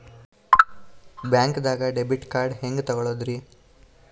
ಬ್ಯಾಂಕ್ದಾಗ debit card ಹೆಂಗ್ ತಗೊಳದ್ರಿ?